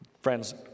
Friends